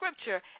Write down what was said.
scripture